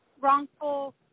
wrongful